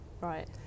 right